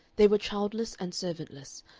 they were childless and servantless,